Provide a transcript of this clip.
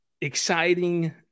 exciting